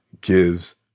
gives